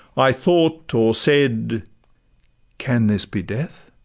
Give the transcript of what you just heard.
i thought or said can this be death?